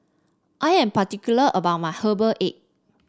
I am particular about my Herbal Egg